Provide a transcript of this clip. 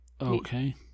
Okay